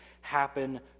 happen